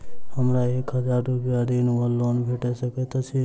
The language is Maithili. हमरा एक हजार रूपया ऋण वा लोन भेट सकैत अछि?